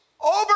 over